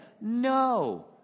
No